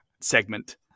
segment